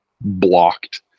blocked